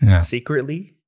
secretly